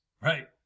Right